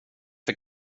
för